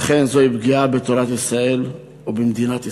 אכן זו הייתה פגיעה בתורת ישראל ובמדינת ישראל.